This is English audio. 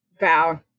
bow